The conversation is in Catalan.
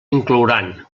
inclouran